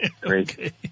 great